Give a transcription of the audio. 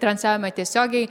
transliavome tiesiogiai